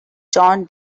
jon